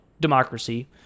democracy